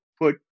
put